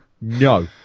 No